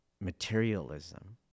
materialism